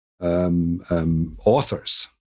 Authors